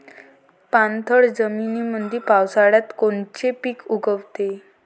पाणथळ जमीनीमंदी पावसाळ्यात कोनचे पिक उगवते?